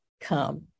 come